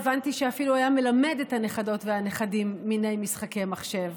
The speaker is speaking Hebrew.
הבנתי שאפילו היה מלמד את הנכדות והנכדים מיני משחקי מחשב,